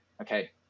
okay